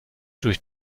durch